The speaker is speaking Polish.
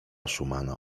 szumana